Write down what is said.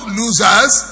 losers